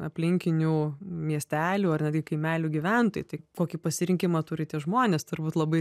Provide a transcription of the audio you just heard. aplinkinių miestelių ar netgi kaimelių gyventojai tai kokį pasirinkimą turi tie žmonės turbūt labai